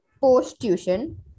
post-tuition